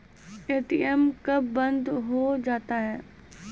ATM कब बंद हो जाता हैं?